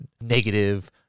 negative